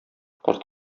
карт